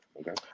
Okay